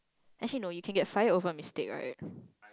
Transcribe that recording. actually no you can fire over mistake right